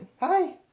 hi